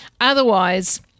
Otherwise